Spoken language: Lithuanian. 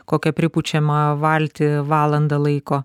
kokią pripučiamą valtį valandą laiko